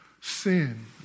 sin